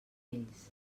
ells